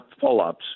pull-ups